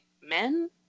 men